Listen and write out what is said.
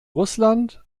russland